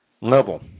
level